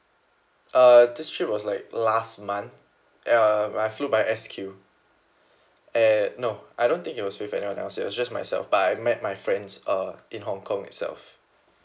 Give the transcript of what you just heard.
uh this trip was like last month uh I flew by S Q uh I don't think it was with anyone else it was just myself but I met my friends uh in hong kong itself